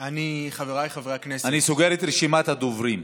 אני סוגר את רשימת הדוברים.